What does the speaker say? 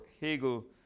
Hegel